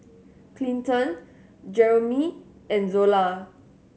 Clinton Jeromy and Zola